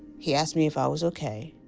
he asked me if i was ok.